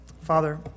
Father